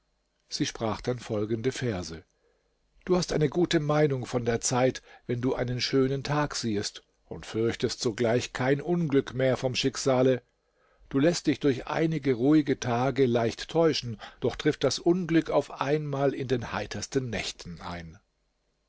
sie sprach dann folgende verse du hast eine gute meinung von der zeit wenn du einen schönen tag siehest und fürchtest sogleich kein unglück mehr vom schicksale du läßt dich durch einige ruhige tage leicht täuschen doch trifft das unglück auf einmal in den heitersten nächten ein